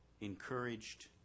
encouraged